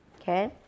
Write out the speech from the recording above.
okay